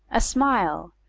a smile,